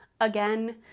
again